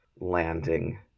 landing